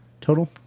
total